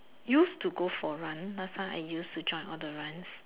used to go for a run last time I used to join all the runs